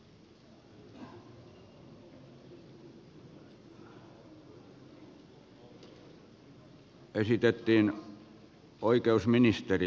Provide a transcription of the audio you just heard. esitettiin oikeusministerille kysymys